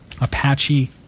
apache